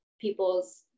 people's